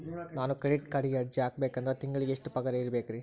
ನಾನು ಕ್ರೆಡಿಟ್ ಕಾರ್ಡ್ಗೆ ಅರ್ಜಿ ಹಾಕ್ಬೇಕಂದ್ರ ತಿಂಗಳಿಗೆ ಎಷ್ಟ ಪಗಾರ್ ಇರ್ಬೆಕ್ರಿ?